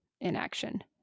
inaction